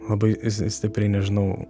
labai stipriai nežinau